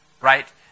right